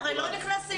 על זה כולם מסכימים.